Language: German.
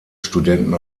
studenten